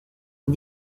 une